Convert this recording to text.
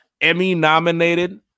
Emmy-nominated